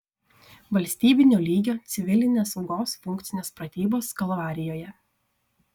valstybinio lygio civilinės saugos funkcinės pratybos kalvarijoje